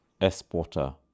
exporter